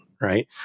right